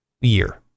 year